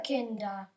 Kinder